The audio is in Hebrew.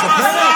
תתבייש.